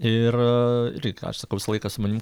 ir irgi ką aš sakau visą laiką su manim